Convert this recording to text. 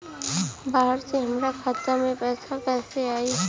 बाहर से हमरा खाता में पैसा कैसे आई?